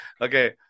okay